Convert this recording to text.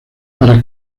para